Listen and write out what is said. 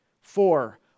Four